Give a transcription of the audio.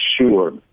sure